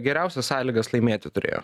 geriausias sąlygas laimėti turėjo